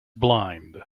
blind